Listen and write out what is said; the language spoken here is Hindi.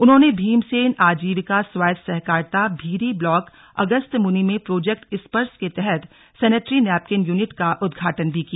उन्होंने भीमसेन आजीविका स्वायत्त सहकारिता भीरी ब्लॉक अगस्त्यमुनि में प्रोजेक्ट स्पर्श के तहत सैनेट्री नैपकिन यूनिट का उदघाटन भी किया